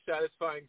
satisfying